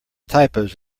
typos